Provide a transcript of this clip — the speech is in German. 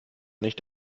nicht